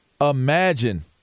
Imagine